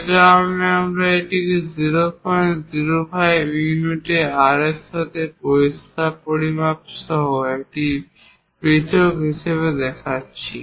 যে কারণে আমরা এটিকে 005 ইউনিটের R এর সাথে পরিষ্কার পরিমাপ সহ একটি পৃথক হিসাবে দেখাচ্ছি